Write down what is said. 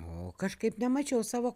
o kažkaip nemačiau savo